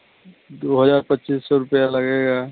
दो हज़ार पच्चीस सौ रुपया लगेगा